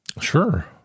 Sure